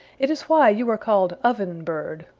it is why you are called oven bird,